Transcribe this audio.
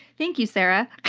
thank you, sarah.